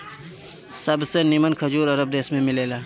सबसे निमन खजूर अरब देश में मिलेला